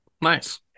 Nice